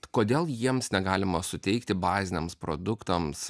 kodėl jiems negalima suteikti baziniams produktams